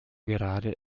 gerade